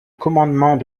commandement